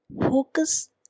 focus